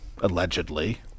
allegedly